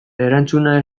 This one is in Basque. erantzuna